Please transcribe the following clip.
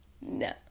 no